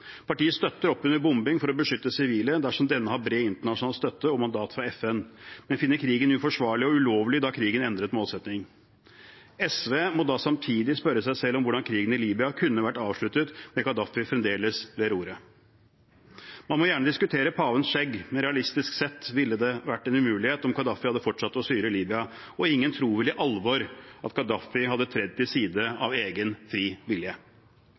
Partiet støtter oppunder bombing for å beskytte sivile dersom denne har bred internasjonal støtte og mandat fra FN, men finner krigen uforsvarlig og ulovlig når krigen endrer målsetting. SV må da samtidig spørre seg selv hvordan krigen i Libya kunne vært avsluttet med Gaddafi fremdeles ved roret. Man må gjerne diskutere pavens skjegg, men realistisk sett ville det vært en umulighet om Gaddafi hadde fortsatt å styre Libya, og ingen tror vel i alvor at Gaddafi hadde trådt til side av egen